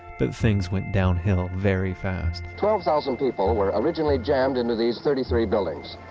but things went downhill very fast twelve thousand people were originally jammed into these thirty three buildings.